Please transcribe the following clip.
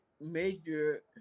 Major